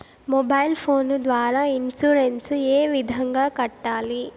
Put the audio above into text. mobile phone ద్వారా insurance ఏ విధంగా కట్టాలి